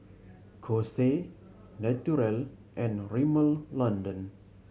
Kose Naturel and Rimmel London